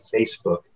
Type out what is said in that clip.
Facebook